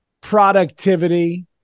productivity